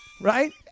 Right